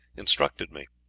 instructed me.